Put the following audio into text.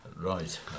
Right